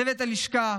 צוות הלשכה,